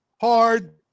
hard